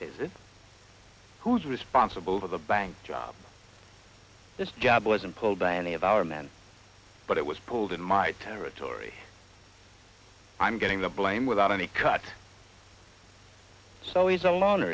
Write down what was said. it who is responsible for the bank job this job wasn't pulled by any of our men but it was pulled in my territory i'm getting the blame without any cut so he's alone